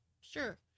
Sure